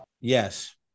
Yes